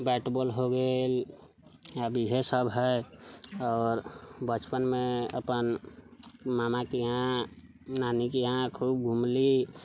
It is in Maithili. बैट बाँल हो गेल अब इहै सभ है आओर बचपनमे अपन नानाके यहाँ नानीके यहाँ खूब घुमलीह